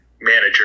manager